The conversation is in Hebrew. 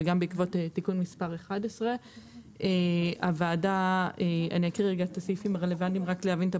ובעקבות תיקון מס' 11. תיקון מס' 11 אומר כך: